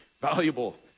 valuable